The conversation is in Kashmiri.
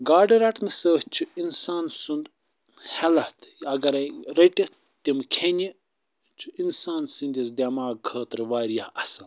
گاڈٕ رٹنہٕ سۭتۍ چھُ اِنسان سُنٛد ہٮ۪لٕتھ اگرے رٔٹِتھ تِم کھیٚنہِ چھُ اِنسان سٕنٛدِس دٮ۪ماغ خٲطرٕ وارِیاہ اصٕل